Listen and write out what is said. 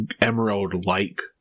emerald-like